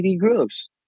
groups